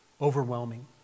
overwhelming